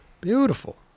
Beautiful